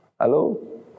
Hello